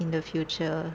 in the future